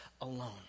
alone